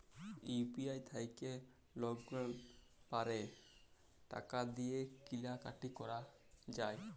UPI থ্যাইকে লকগুলাল পারে টাকা দিঁয়ে কিলা কাটি ক্যরা যায়